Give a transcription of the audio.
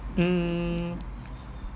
mm